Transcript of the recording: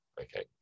okay